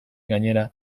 gainera